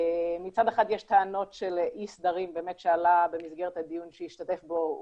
מצד אחד יש טענות של אי סדרים שבאמת עלו במסגרת הדיון שהשתתף בו אודי,